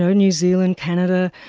ah new zealand, canada,